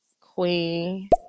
Queen